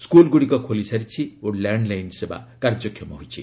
ସ୍କୁଲ୍ଗୁଡ଼ିକ ଖୋଲିସାରିଛି ଓ ଲ୍ୟାଣ୍ଡଲାଇନ୍ ସେବା କାର୍ଯ୍ୟକ୍ଷମ ହୋଇଛି